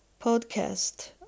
podcast